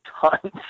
tons